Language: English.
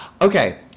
Okay